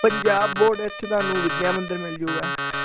Punjab board ਇੱਥੇ ਤੁਹਾਨੂੰ ਵਿੱਦਿਆ ਮੰਦਿਰ ਮਿਲ ਜਾਊਗਾ